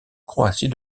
croatie